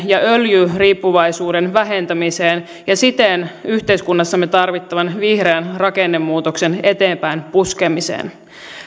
ja öljyriippuvaisuuden vähentämiseen ja siten yhteiskunnassamme tarvittavan vihreän rakennemuutoksen eteenpäin puskemiseen